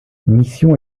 mission